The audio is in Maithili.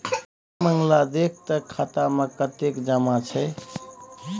रे मंगला देख तँ खाता मे कतेक जमा छै